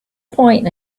point